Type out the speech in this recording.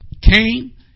came